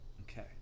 Okay